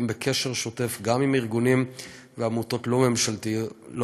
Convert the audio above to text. בקשר שוטף גם עם ארגונים ועמותות לא ממשלתיים,